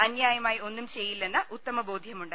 അന്യാ യമായി ഒന്നും ചെയ്യില്ലെന്ന് ഉത്തമബോധ്യമുണ്ട്